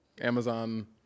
Amazon